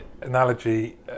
analogy